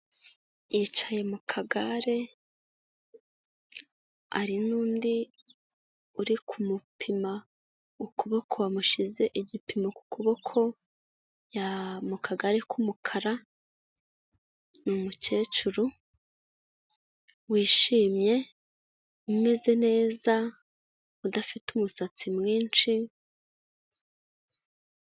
Yicaye mu kagare hari n'undi uri kumupima ukuboko wamushyize igipimo ku kuboko, mu kagare k'umukara, ni umukecuru wishimye umeze neza udafite umusatsi mwinshi.